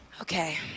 Okay